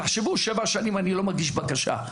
תחשבו שכל השנים אני לא מגיש בקשה,